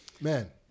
Man